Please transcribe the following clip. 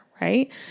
right